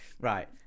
right